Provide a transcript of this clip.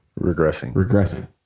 regressing